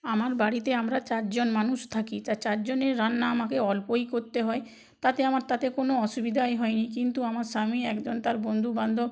আমার বাড়িতে আমরা চারজন মানুষ থাকি তা চারজনের রান্না আমাকে অল্পই করতে হয় তাতে আমার তাতে কোনো অসুবিধাই হয় কিন্তু আমার স্বামী একজন তার বন্ধুবান্ধব